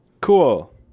Cool